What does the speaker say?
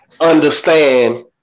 understand